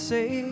Say